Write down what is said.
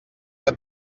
que